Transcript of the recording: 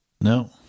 No